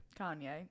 Kanye